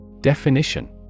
Definition